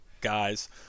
guys